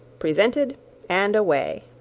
presented and away.